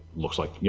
looks like. yeah